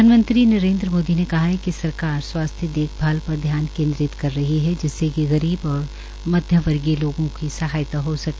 प्रधानमंत्री नरेन्द्र मोदी ने कहा है कि सरकार स्वास्थ्य देखभाल पर ध्यान केन्द्रित कर रही है जिससे कि गरीब और मध्य वर्गीय लोगों की सहायात हो सके